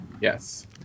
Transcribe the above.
Yes